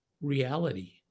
reality